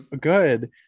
Good